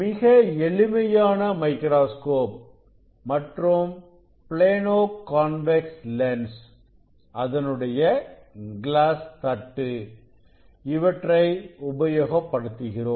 மிக எளிமையான மைக்ராஸ்கோப் மற்றும் ப்ளேனோ கான்வெக்ஸ் லென்ஸ் அதனுடைய கிளாஸ் தட்டு இவற்றை உபயோகப்படுத்துகிறோம்